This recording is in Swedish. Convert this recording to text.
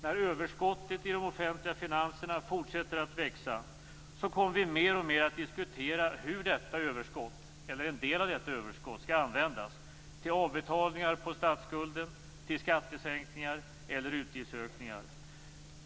När överskottet i de offentliga finanserna fortsätter att växa kommer vi mer och mer att diskutera hur en del av detta överskott skall användas, till avbetalningar på statsskulden, till skattesänkningar eller till utgiftsökningar.